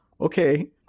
okay